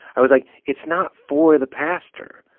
i was like, it's not for the pastor.